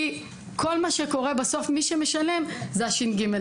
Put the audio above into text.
כי כל מה שקורה בסוף מי שמשלם זה הש"ג.